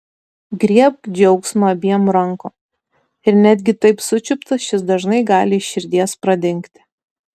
griebk džiaugsmą abiem rankom ir netgi taip sučiuptas šis dažnai gali iš širdies pradingti